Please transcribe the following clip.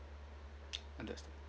understand